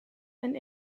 and